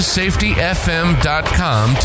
safetyfm.com